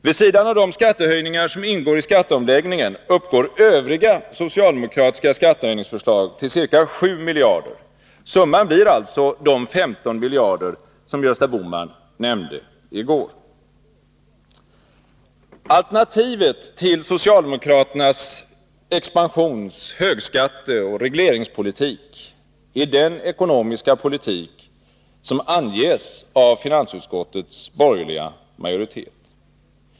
Vid sidan av de skattehöjningar som ingår i skatteomläggningen uppgår övriga socialdemokratiska skattehöjningsförslag till ca 7 miljarder kronor. Summan blir alltså de 15 miljarder kronor som Gösta Bohman nämnde i går. Alternativet till socialdemokraternas expansions-, högskatteoch regleringspolitik är den ekonomiska politik som anges av finansutskottets borgerliga majoritet.